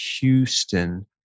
houston